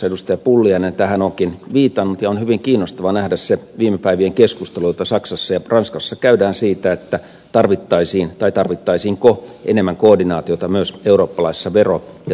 pulliainen tähän ovatkin viitanneet ja on hyvin kiinnostavaa nähdä se viime päivien keskustelu jota saksassa ja ranskassa käydään siitä tarvittaisiinko enemmän koordinaatiota myös eurooppalaisessa vero ja työvoimapolitiikassa